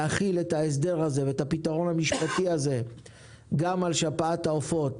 להחיל את ההסדר הזה ואת הפתרון המשפטי הזה גם על שפעת העופות